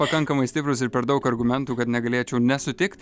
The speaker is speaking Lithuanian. pakankamai stiprūs ir per daug argumentų kad negalėčiau nesutikt